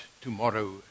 tomorrow